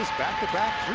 back to back